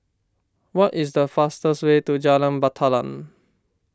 what is the fastest way to Jalan Batalong